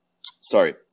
sorry